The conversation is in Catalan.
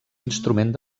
instrument